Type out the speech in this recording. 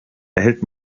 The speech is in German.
erhält